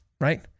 right